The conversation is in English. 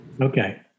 Okay